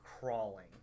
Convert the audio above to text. crawling